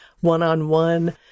one-on-one